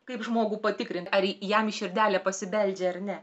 kaip žmogų patikrint ar jam į širdelę pasibeldžia ar ne